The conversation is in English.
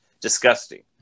Disgusting